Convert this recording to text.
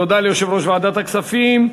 תודה ליושב-ראש ועדת הכספים.